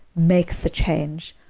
makes the change,